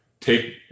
take